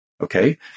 okay